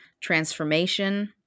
transformation